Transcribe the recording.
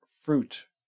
fruit